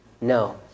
No